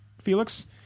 Felix